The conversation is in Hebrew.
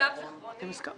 למיטב זיכרוני --- לא,